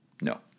No